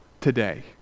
today